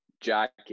jacket